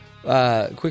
quick